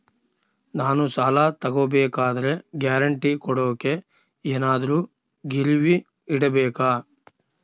ನಾನು ಸಾಲ ತಗೋಬೇಕಾದರೆ ಗ್ಯಾರಂಟಿ ಕೊಡೋಕೆ ಏನಾದ್ರೂ ಗಿರಿವಿ ಇಡಬೇಕಾ?